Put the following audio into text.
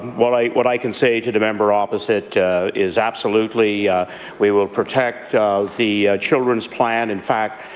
what i what i can say to the member opposite is absolutely we will protect the children's plan. in fact,